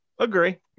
Agree